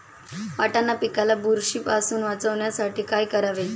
वाटाणा पिकाला बुरशीपासून वाचवण्यासाठी काय करावे?